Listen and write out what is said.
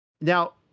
Now